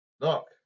Look